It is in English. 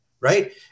right